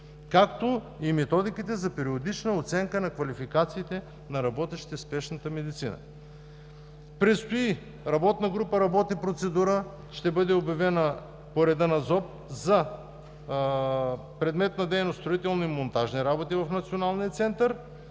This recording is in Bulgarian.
както и методиките за периодична оценка на квалификациите на работещите в спешната медицина. Работна група работи по процедура и предстои да бъде обявена по реда на ЗОП за предмет на дейност строителни и монтажни работи в Националния център